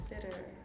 consider